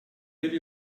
bir